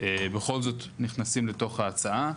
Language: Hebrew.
בכל זאת נכנסים לתוך ההצעה,